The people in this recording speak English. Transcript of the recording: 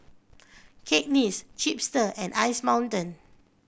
Cakenis Chipster and Ice Mountain